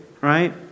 right